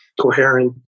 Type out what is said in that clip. coherent